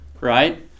right